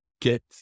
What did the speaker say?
get